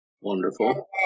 Wonderful